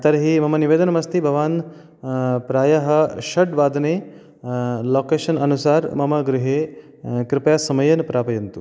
तर्हि मम निवेदनमस्ति भवान् प्रायः षड्वादने लोकेशन् अनुसारं मम गृहे कृपया समयेन प्रापयन्तु